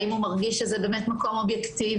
האם הוא מרגיש שזה באמת מקום אובייקטיבי,